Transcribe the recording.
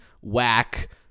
whack